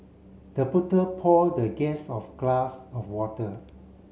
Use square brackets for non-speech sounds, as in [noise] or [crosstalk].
the [unintelligible] pour the guest of glass of water